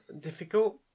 difficult